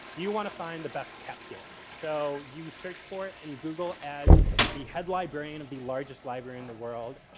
you want to find the best cat gif. so, you search for it in google as the head librarian of the largest library in the world